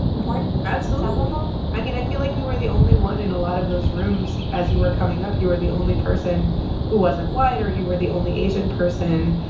absolutely. but i mean, i feel like you were the only one in a lot of those rooms as you were coming up. you were the only person who wasn't white, or you were the only asian person.